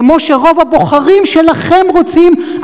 כמו שרוב הבוחרים שלכם רוצים,